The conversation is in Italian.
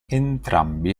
entrambi